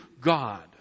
God